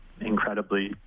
incredibly